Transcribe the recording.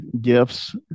gifts